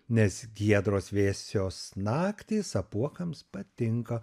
nes giedros vėsios naktys apuokams patinka